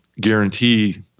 guarantee